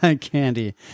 Candy